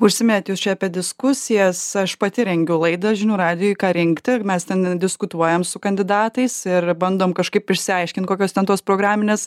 užsiminėt jūs čia apie diskusijas aš pati rengiu laidą žinių radijui ką rinkti ir mes ten diskutuojam su kandidatais ir bandom kažkaip išsiaiškint kokios ten tos programinės